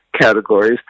categories